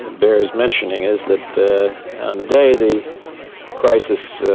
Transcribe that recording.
bears mentioning is that on the day the crisis